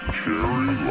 Cherry